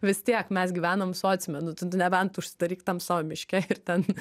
vis tiek mes gyvenam sociume nu tu nebent užsidaryk tam savo miške ir ten